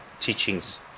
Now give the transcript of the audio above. teachings